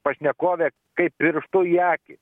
pašnekovė kaip pirštu į akį